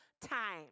time